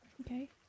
Okay